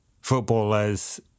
footballers